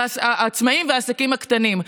העצמאים והעסקים הקטנים.